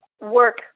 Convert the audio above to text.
work